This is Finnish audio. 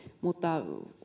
mutta